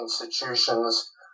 institutions